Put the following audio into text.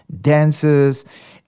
dances